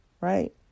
right